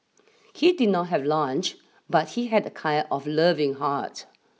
he did not have lunch but he had a kind of loving heart